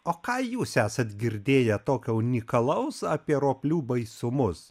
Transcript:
o ką jūs esat girdėję tokio unikalaus apie roplių baisumus